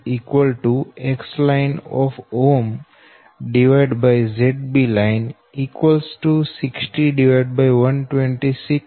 5 તેથી Xm1 new 4